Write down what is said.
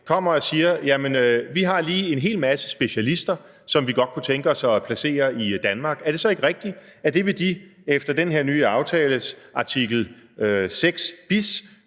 kommer og siger, at de har en hel masse specialister, som de godt kunne tænke sig at placere i Danmark, er det så ikke rigtigt, at det vil de efter den her nye aftales artikel 6bis